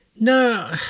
No